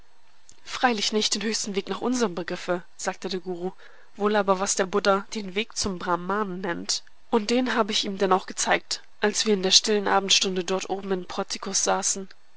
freilich nicht den höchsten weg nach unserem begriffe sagte der guru wohl aber was der buddha den weg zum brahman nennt und den habe ich ihm denn auch gezeigt als wir in der stillen abendstunde dort oben im portikus saßen